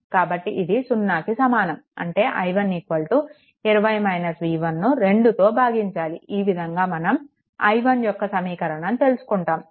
కాబట్టి ఇది 0 కి సమానం అంటే i1 20 - v1 ను 2తో భాగించాలి ఈ విధంగా మనం i1 యొక్క సమీకరణం తెలుసుకుంటాము